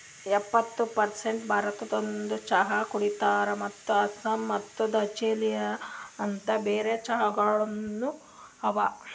ಎಪ್ಪತ್ತು ಪರ್ಸೇಂಟ್ ಭಾರತದೋರು ಚಹಾ ಕುಡಿತಾರ್ ಮತ್ತ ಆಸ್ಸಾಂ ಮತ್ತ ದಾರ್ಜಿಲಿಂಗ ಅಂತ್ ಬೇರೆ ಚಹಾಗೊಳನು ಅವಾ